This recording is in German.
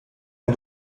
ein